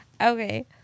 Okay